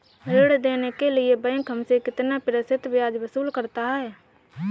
ऋण देने के लिए बैंक हमसे कितना प्रतिशत ब्याज वसूल करता है?